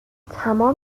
تمام